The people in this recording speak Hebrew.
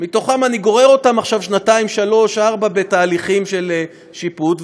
אני גורר אותם עכשיו שנתיים-שלוש-ארבע בתהליכים של שיפוט,